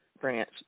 branch